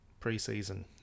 preseason